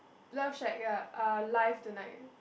love shack ya uh live tonight